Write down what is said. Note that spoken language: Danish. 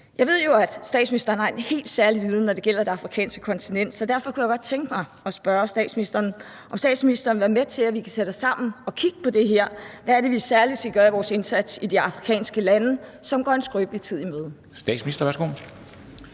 Jeg ved jo, at statsministeren har en helt særlig viden, når det gælder det afrikanske kontinent, så derfor kunne jeg godt tænke mig at spørge statsministeren, om statsministeren vil være med til, at vi sætter os sammen og kigger på, hvad det særlig er, vi skal gøre i vores indsats i de afrikanske lande, som går en skrøbelig tid i møde. Kl.